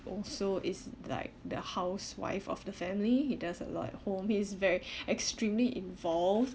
also is like the housewife of the family he does a lot at home he is very extremely involved